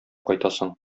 кайтасың